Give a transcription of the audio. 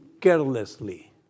carelessly